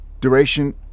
duration